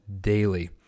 daily